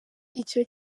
icyo